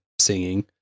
singing